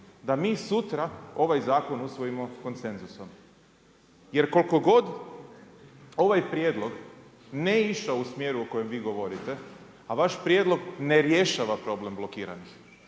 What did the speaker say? da mi sutra ovaj zakon usvojimo konsenzusom. Jer koliko god ovaj prijedlog ne išao u smjeru o kojem vi govorite, a vaš prijedlog ne rješava problem blokiranih,